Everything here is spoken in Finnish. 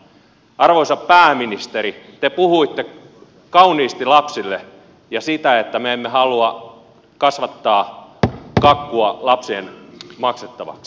arvoisa pääministeri te puhuitte kauniisti lapsista ja siitä että me emme halua kasvattaa kakkua lapsien maksettavaksi